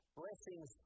blessings